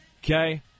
Okay